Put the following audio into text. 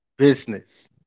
business